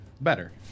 Better